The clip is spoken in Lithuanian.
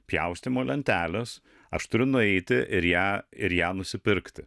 pjaustymo lentelės aš turiu nueiti ir ją ir ją nusipirkti